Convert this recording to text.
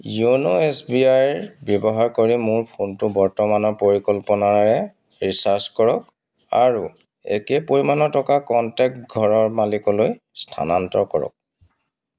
YONO S B I ব্যৱহাৰ কৰি মোৰ ফোনটো বৰ্তমানৰ পৰিকল্পনাৰে ৰিচাৰ্জ কৰক আৰু একে পৰিমাণৰ টকা কনটেক্ট ঘৰৰ মালিকলৈ স্থানান্তৰ কৰক